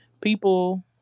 People